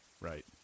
Right